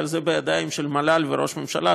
אבל זה בידיים של מל"ל וראש הממשלה,